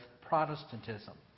Protestantism